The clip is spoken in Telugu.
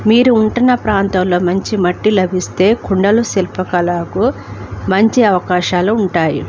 మీరు ఉంటున్న ప్రాంతంలో మంచి మట్టి లభిస్తే కుండలు శిల్పకలకు మంచి అవకాశాలు ఉంటాయి